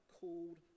called